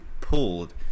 pulled